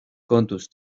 kontuz